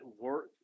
work